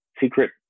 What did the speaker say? secret